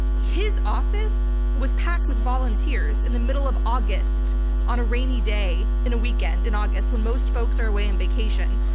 his office was packed with volunteers in the middle of august on a rainy day in a weekend in august when most folks are away on vacation.